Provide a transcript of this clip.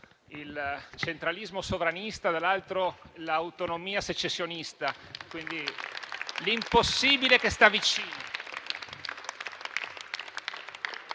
il centralismo sovranista, dall'altro l'autonomia secessionista. quindi l'impossibile che sta vicino.